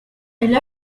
elle